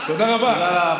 תודה רבה.